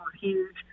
huge